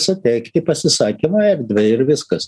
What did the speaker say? suteikti pasisakymui erdvę ir viskas